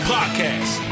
Podcast